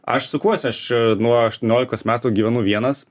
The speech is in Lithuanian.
aš sukuosi aš nuo aštuoniolikos metų gyvenu vienas